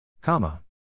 Comma